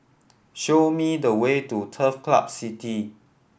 show me the way to Turf City